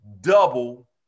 double